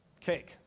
cake